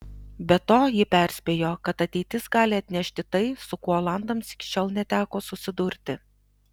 be to ji perspėjo kad ateitis gali atnešti tai su kuo olandams iki šiol neteko susidurti